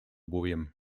william